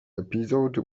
episode